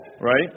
right